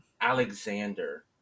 Alexander